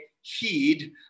heed